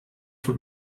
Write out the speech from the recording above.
von